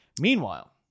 Meanwhile